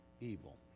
evil